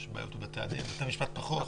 יש בעיות בבתי הדין ובבתי המשפט פחות,